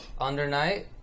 Undernight